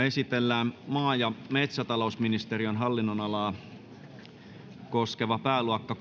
esitellään maa ja metsätalousministeriön hallinnonalaa koskeva pääluokka